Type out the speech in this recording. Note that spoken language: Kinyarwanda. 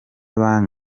banki